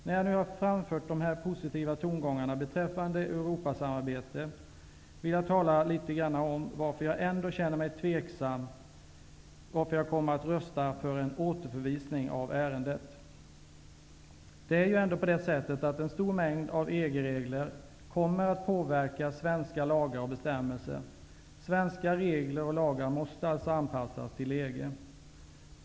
När jag nu framfört dessa positiva tongångar om ett Europasamarbete vill jag tala något om varför jag ändå känner mig tveksam och varför jag kommer att rösta för en återförvisning av ärendet. En stor mängd EG-regler kommer att påverka svenska lagar och svenska bestämmelser. Svenska regler och lagar måste alltså anpassas till EG.